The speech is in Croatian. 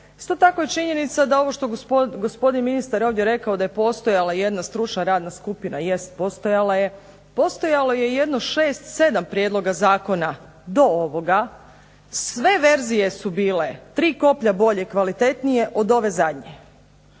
Isto tako je činjenica da ovo što gospodin ministar ovdje rekao da je postojala jedna stručna radna skupina. Jest, postojala je. Postojalo je i jedno šest, sedam prijedloga zakona do ovoga, sve verzije su bile tri koplja bolje i kvalitetnije od ove zadnje.